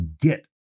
get